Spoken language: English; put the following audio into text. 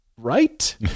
right